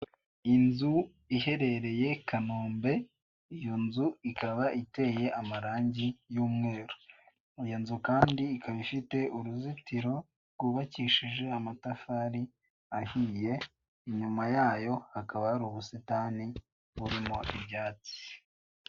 Inzu iherereye kanombe iyonzu ikaba iteye amarangi y'umweru, iyonzu kandi ikaba ifite uruzitiro rwubakishije amatafari ahiye, inyuma yayo hakaba hari ubusitani burimo ibyatsi.